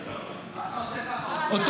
--- מה אתה עושה ככה --- אגב,